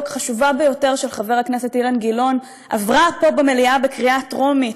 חשובה ביותר של חבר הכנסת אילן גילאון עברה פה במליאה בקריאה טרומית,